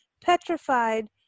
petrified